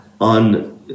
on